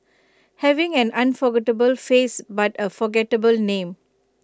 having an unforgettable face but A forgettable name